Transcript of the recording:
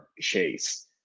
Chase